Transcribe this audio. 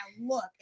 look